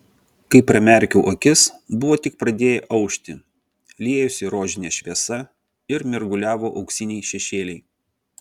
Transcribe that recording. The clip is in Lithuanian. kai pramerkiau akis buvo tik pradėję aušti liejosi rožinė šviesa ir mirguliavo auksiniai šešėliai